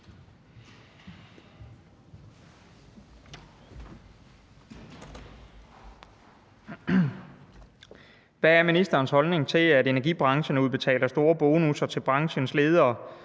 Hvad er ministerens holdning til, at energibranchen udbetaler store bonusser til branchens ledere,